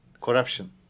corruption